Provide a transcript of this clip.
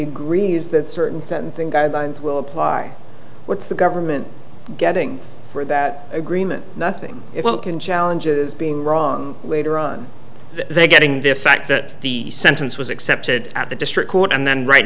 agrees that certain sentencing guidelines will apply what's the government getting for that agreement nothing in challenges being wrong later on they getting their fact that the sentence was accepted at the district court and then right